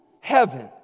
heaven